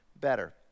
better